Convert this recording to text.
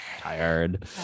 tired